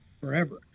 forever